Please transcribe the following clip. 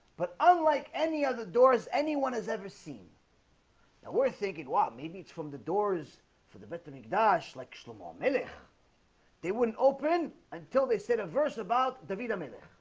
but unlike any other doors anyone has ever seen now we're thinking wow maybe it's from the doors for the mythtanic like shlomo um in it they wouldn't open until they said a verse about devito manor